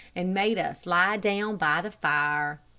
and made us lie down by the fire.